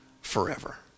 forever